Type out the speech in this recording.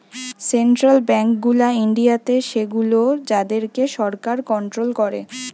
central bank গুলা ইন্ডিয়াতে সেগুলো যাদের কে সরকার কন্ট্রোল করে